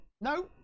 No